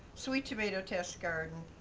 sweet tomato test garden,